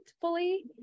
fully